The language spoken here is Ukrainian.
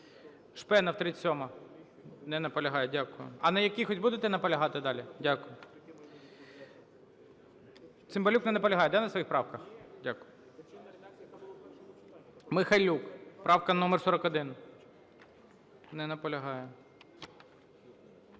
Шпенов, 37-а. Не наполягає. Дякую. А на якихось будете наполягати далі? Дякую. Цимбалюк не наполягає на своїх правках? Дякую. Михайлюк, правка номер 41. Не наполягає.